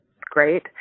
great